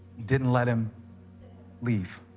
didn't let him leave